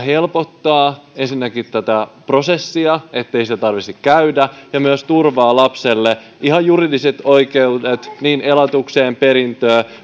helpottaa ensinnäkin tätä vahvistamista ettei sitä prosessia tarvitsisi käydä ja myös turvaa lapselle ihan juridiset oikeudet niin elatukseen perintöön